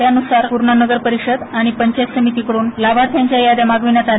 त्यानुसार पूर्णा नगर परिषद आणि पंचायत समितीकड्रन लाभार्थ्यांच्या याद्या मागविण्यात आल्या